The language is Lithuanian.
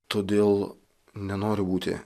todėl nenoriu būti